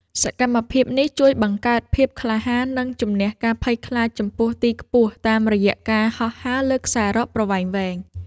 សកម្មភាពនេះជួយបង្កើនភាពក្លាហាន និងជម្នះការភ័យខ្លាចចំពោះទីខ្ពស់តាមរយៈការហោះហើរលើខ្សែរ៉កប្រវែងវែង។